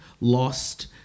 lost